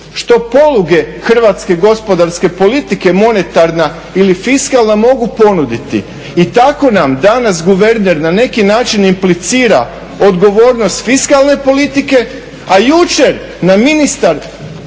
što poluge hrvatske gospodarske politike, monetarna ili fiskalna mogu ponuditi. I tako nam danas guverner na neki način implicira odgovornost fiskalne politike a jučer nam ministar